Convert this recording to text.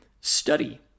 study